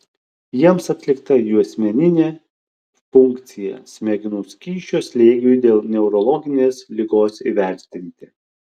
jiems atlikta juosmeninė punkcija smegenų skysčio slėgiui dėl neurologinės ligos įvertinti